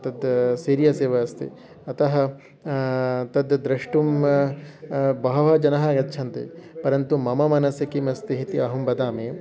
तत् सीर्यस् एव अस्ति अतः तद् दृष्टुं बहव जनाः गच्छन्ति परन्तु मम मनसि किम् अस्ति इति अहं वदामि